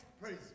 Praise